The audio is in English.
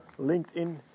LinkedIn